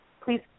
Please